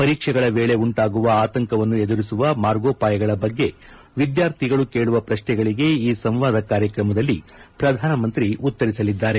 ಪರೀಕ್ಷೆಗಳ ವೇಳೆ ಉಂಟಾಗುವ ಆತಂಕವನ್ನು ಎದುರಿಸುವ ಮಾರ್ಗೋಪಾಯಗಳ ಬಗ್ಗೆ ವಿದ್ಯಾರ್ಥಿಗಳು ಕೇಳುವ ಪ್ರಶ್ನೆಗಳಿಗೆ ಈ ಸಂವಾದ ಕಾರ್ಯಕ್ರಮದಲ್ಲಿ ಪ್ರಧಾನಮಂತ್ರಿ ಉತ್ತರಿಸಲಿದ್ದಾರೆ